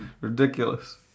ridiculous